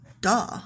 Duh